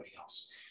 else